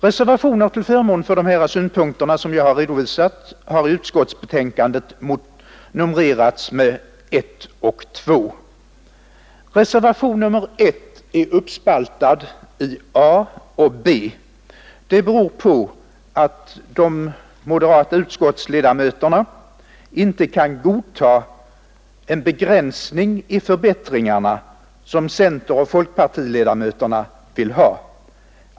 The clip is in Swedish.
Reservationer till förmån för de synpunkter som jag här har redovisat har i utskottsbetänkandet numrerats med 1 och 2. Reservationen 1 är uppspaltad i a och b; det beror på att de moderata utskottsledamöterna inte kan godta den begränsning i förbättringarna som centeroch folkpartiledamöterna vill ha.